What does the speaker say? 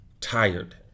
tired